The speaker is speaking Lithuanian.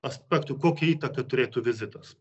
aspektu kokią įtaką turėtų vizitas